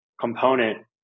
component